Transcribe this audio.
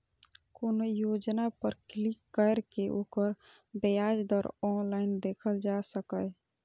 कोनो योजना पर क्लिक कैर के ओकर ब्याज दर ऑनलाइन देखल जा सकैए